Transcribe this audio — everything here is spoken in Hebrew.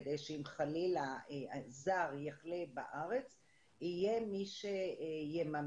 כדי שאם חלילה זר יחלה בארץ יהיה מי שיממן